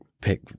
pick